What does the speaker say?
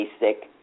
basic